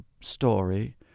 story